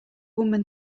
woman